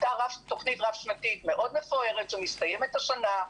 הייתה תכנית רב שנתית מאוד מפוארת שמסתיימת השנה,